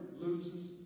loses